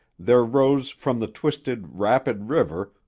there rose from the twisted, rapid river,